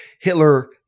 Hitler